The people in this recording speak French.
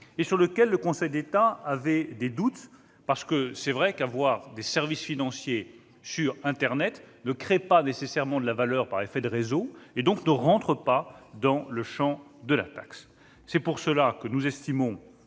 et sur lesquels le Conseil d'État nourrissait des doutes. Il est vrai que proposer des services financiers sur internet ne crée pas nécessairement de la valeur par effet de réseau et donc n'entre pas dans le champ de la taxe. Pour ces raisons, nous estimons